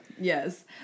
Yes